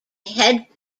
head